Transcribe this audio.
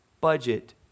Budget